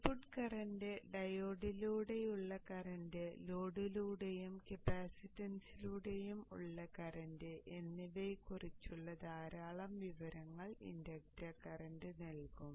input current ഡയോഡിലൂടെയുള്ള current ലോഡിലൂടെയും കപ്പാസിറ്റൻസിലൂടെയും ഉള്ള കറന്റ് എന്നിവയെക്കുറിച്ചുള്ള ധാരാളം വിവരങ്ങൾ ഇൻഡക്ടർ കറൻറ് നൽകും